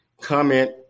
comment